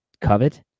covet